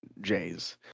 Js